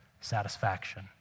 satisfaction